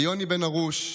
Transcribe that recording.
ליוני בן הרוש,